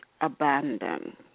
abandon